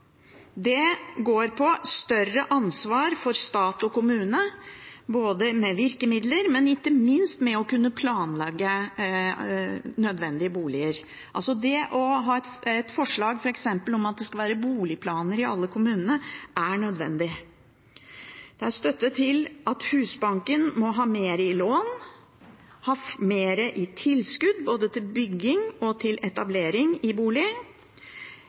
Det går på større ansvar for stat og kommune, både med hensyn til virkemidler og, ikke minst, med hensyn til å kunne planlegge nødvendige boliger. Et forslag om at det f.eks. skal være boligplaner i alle kommuner, er nødvendig. Det er støtte til at Husbanken må ha økt låneramme, mer i tilskudd både til bygging og til etablering